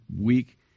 week